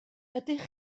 ydych